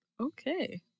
Okay